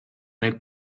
nel